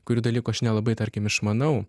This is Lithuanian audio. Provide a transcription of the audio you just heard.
kurių dalykų aš nelabai tarkim išmanau